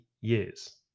years